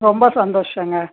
ரொம்ப சந்தோஷங்க